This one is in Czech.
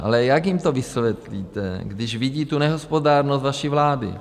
Ale jak jim to vysvětlíte, když vidí tu nehospodárnost vaší vlády?